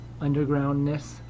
undergroundness